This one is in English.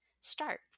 start